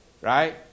right